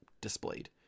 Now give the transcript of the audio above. displayed